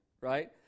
right